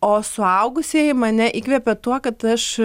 o suaugusieji mane įkvepia tuo kad aš